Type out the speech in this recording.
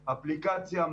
אפליקציה,